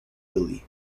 lily